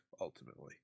ultimately